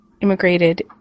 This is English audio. immigrated